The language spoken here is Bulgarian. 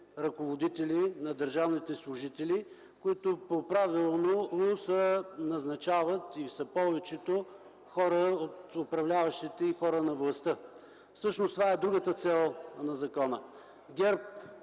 на държавните служители, които по правило се назначават и са повечето хора от управляващите и хора на властта. Това е другата цел на законопроекта.